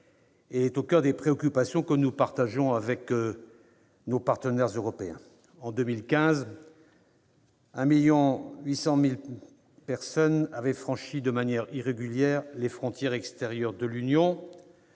et des préoccupations que nous partageons avec nos partenaires européens. En 2015, 1,8 million de personnes avaient franchi de manière irrégulière les frontières extérieures de l'Union.